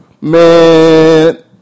man